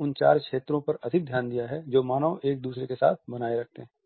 उन चार क्षेत्रों पर अधिक ध्यान दिया है जो मानव एक दूसरे के साथ बनाए रखते है